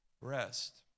Rest